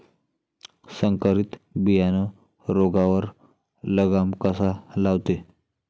संकरीत बियानं रोगावर लगाम कसा लावते?